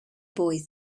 boy